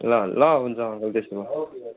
ल ल हुन्छ अङ्कल त्यसो भए